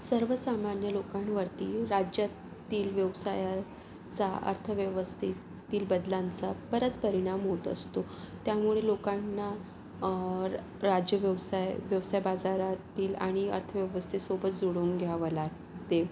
सर्वसामान्य लोकांवरती राज्यातील व्यवसायाचा अर्थव्यवस्थेतील बदलांचा बराच परिणाम होत असतो त्यामुळे लोकांना राज्य व्यवसाय व्यवसाय बाजारातील आणि अर्थव्यवस्थेसोबत जोडून घ्यावं लागते